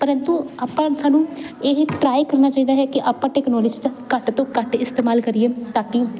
ਪਰੰਤੂ ਆਪਾਂ ਸਾਨੂੰ ਇਹ ਟਰਾਈ ਕਰਨਾ ਚਾਹੀਦਾ ਹੈ ਕਿ ਆਪਾਂ ਟੈਕਨੋਲੋਜੀ ਦਾ ਘੱਟ ਤੋਂ ਘੱਟ ਇਸਤੇਮਾਲ ਕਰੀਏ ਤਾਂ ਕਿ